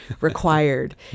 required